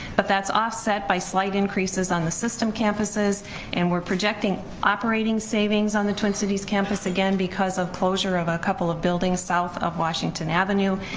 but that's offset by slight increases on the system campuses and we're projecting operating savings on the twin cities campus again because of closure of a couple of buildings south of washington avenue,